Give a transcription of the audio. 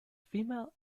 female